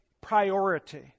priority